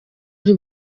ari